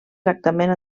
tractament